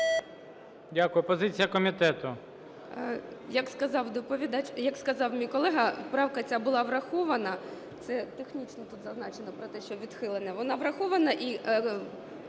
Дякую. Позиція комітету?